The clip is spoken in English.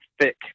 thick